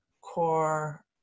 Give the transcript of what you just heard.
core